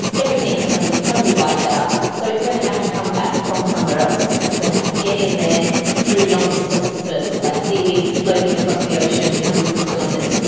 everything is going to be totally wiped out. so it's going to have to come back from somewhere else. it's going to have to get in there through long-distance dispersal, like seaweed floating across the ocean for hundreds of kilometres.